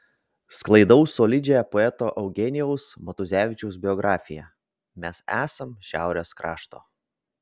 sklaidau solidžią poeto eugenijaus matuzevičiaus biografiją mes esam šiaurės krašto